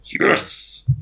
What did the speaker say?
yes